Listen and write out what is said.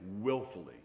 willfully